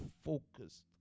focused